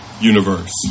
universe